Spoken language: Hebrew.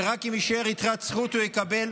ורק אם תישאר יתרת זכות הוא יקבל,